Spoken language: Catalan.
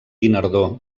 guinardó